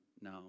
no